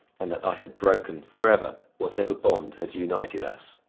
and that i had broken, forever, whatever bond had united us.